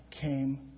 came